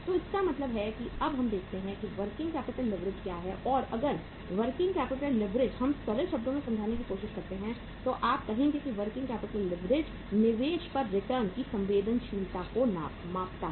तो इसका मतलब है कि अब हम देखते हैं कि वर्किंग कैपिटल लीवरेज क्या है और अगर वर्किंग कैपिटल लीवरेज हम सरल शब्दों में समझने की कोशिश करते हैं तो आप कहेंगे कि वर्किंग कैपिटल लीवरेज निवेश पर रिटर्न की संवेदनशीलता को मापता है